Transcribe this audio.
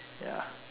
ya